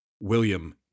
William